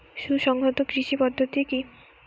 সুসংহত কৃষি পদ্ধতি কি?